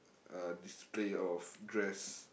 uh display of dress